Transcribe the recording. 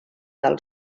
del